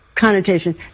Connotation